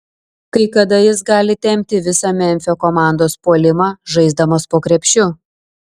kai kada jis gali tempti visą memfio komandos puolimą žaisdamas po krepšiu